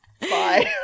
bye